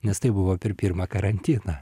nes tai buvo per pirmą karantiną